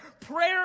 Prayer